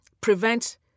prevent